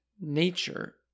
nature